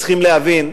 צריכים להבין,